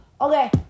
Okay